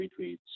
retweets